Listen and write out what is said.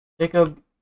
Jacob